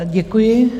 Děkuji.